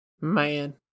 Man